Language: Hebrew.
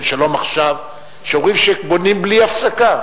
של "שלום עכשיו", שאומרים שבונים בלי הפסקה.